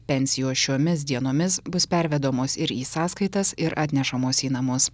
pensijos šiomis dienomis bus pervedamos ir į sąskaitas ir atnešamos į namus